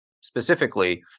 specifically